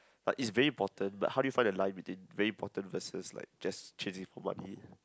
like it's important but how do you find that life within very important versus like just chasing for money